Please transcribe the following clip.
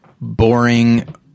boring